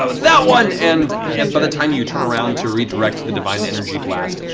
ah that one! and and by the time you turn around to redirect the divine energy blast,